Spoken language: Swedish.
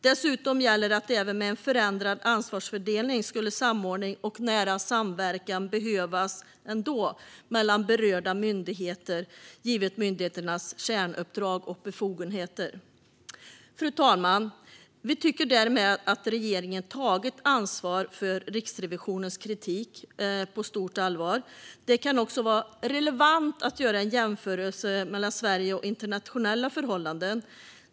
Dessutom gäller att även med en förändrad ansvarsfördelning skulle samordning och nära samverkan behövas mellan berörda myndigheter, givet myndigheternas kärnuppdrag och befogenheter. Fru talman! Vi tycker därmed att regeringen tagit Riksrevisionens kritik på stort allvar. Det kan också vara relevant att göra en jämförelse mellan förhållandena i Sverige och internationellt.